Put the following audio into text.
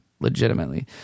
legitimately